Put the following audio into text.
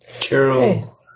Carol